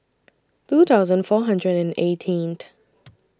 two thousand four hundred and eighteenth